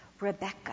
Rebecca